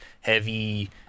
heavy